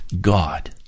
God